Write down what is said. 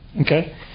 Okay